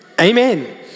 Amen